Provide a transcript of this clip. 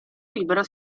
libero